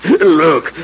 Look